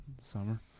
summer